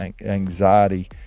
anxiety